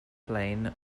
plain